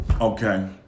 Okay